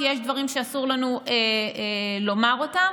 כי יש דברים שאסור לנו לומר אותם,